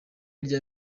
rya